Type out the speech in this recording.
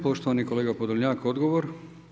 Poštovani kolega Podolnjak, odgovor.